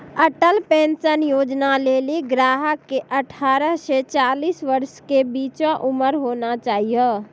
Atal pension योजना लेली ग्राहक के अठारह से चालीस वर्ष के बीचो उमर होना चाहियो